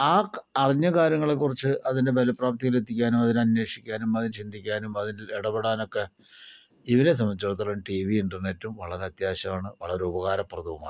ആ ക് അറിഞ്ഞ കാര്യങ്ങളെക്കുറിച്ച് അതിൻ്റെ ഭല പ്രാബല്യത്തിൽ എത്തിക്കാനോ അവര് അന്വേഷിക്കാനും അതിൽ ചിന്തിക്കാനും അതിൽ എടപെടാനൊക്കെ ഇവരെ സംബന്ധിച്ചിടത്തോളം ടി വി യും ഇൻ്റർനെറ്റും വളരെ അത്യാവശ്യമാണ് വളരെ ഉപകാരപ്രദവുമാണ്